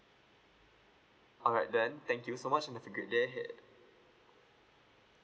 all right then thank you so much and have a great day ahead